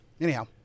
Anyhow